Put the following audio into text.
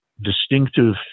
distinctive